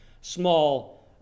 small